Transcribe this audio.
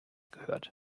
gehört